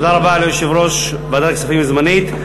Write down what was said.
תודה רבה ליושב-ראש ועדת הכספים הזמנית.